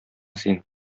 син